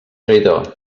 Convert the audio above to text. traïdor